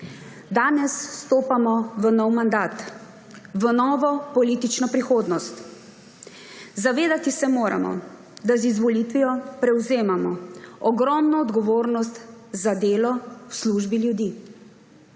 Danes stopamo v nov mandat, v novo politično prihodnost. Zavedati se moramo, da z izvolitvijo prevzemamo ogromno odgovornost za delo v službi ljudi.